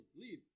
Leave